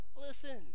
listen